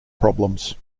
problems